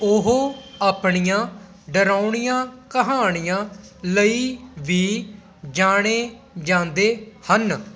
ਉਹ ਆਪਣੀਆਂ ਡਰਾਉਣੀਆਂ ਕਹਾਣੀਆਂ ਲਈ ਵੀ ਜਾਣੇ ਜਾਂਦੇ ਹਨ